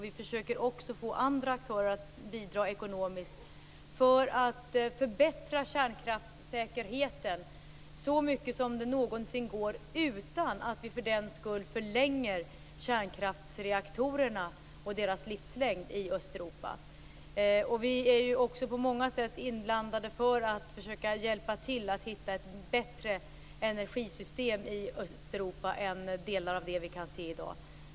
Vi försöker också få andra aktörer att bidra ekonomiskt för att förbättra kärnkraftssäkerheten så mycket som det någonsin går utan att vi för den skull förlänger kärnkraftsreaktorernas livslängd i Östeuropa. Vi är också på många sätt inblandade i att försöka hjälpa till att hitta ett energisystem i Östeuropa som är bättre än delar av det som vi kan se i dag.